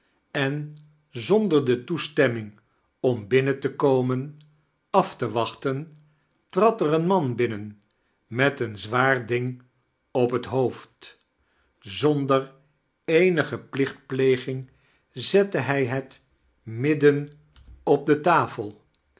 en zander de toestemming om binnem te komen af te wachten trad ex een man binnen met eein ziwaar ding op het hoofd zonder eenige plichitpleging zette hij het midden op de tain